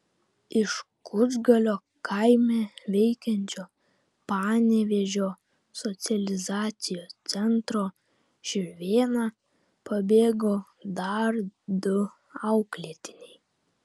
iš kučgalio kaime veikiančio panevėžio socializacijos centro širvėna pabėgo dar du auklėtiniai